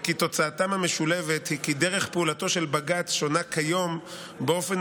וכי תוצאתם המשולבת היא כי דרך פעולתו של בג"ץ שונה כיום באופן